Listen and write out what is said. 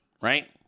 right